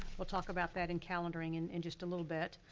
we'll talk about that in calendaring in and just a little bit.